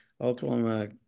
Oklahoma